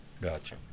Gotcha